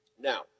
Now